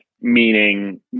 Meaning